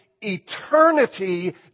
eternity